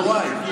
יוראי,